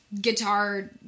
guitar